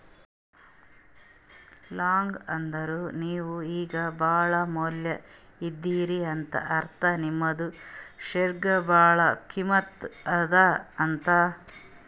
long ಅಂದುರ್ ನೀವು ಈಗ ಭಾಳ ಮ್ಯಾಲ ಇದೀರಿ ಅಂತ ಅರ್ಥ ನಿಮ್ದು ಶೇರ್ಗ ಭಾಳ ಕಿಮ್ಮತ್ ಅದಾ ಅಂತ್